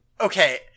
Okay